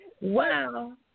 Wow